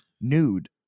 nude